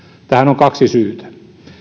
tähän on kaksi syytä